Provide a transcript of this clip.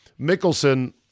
Mickelson